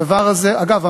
אגב,